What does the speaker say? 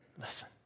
listen